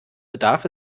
bedarf